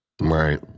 Right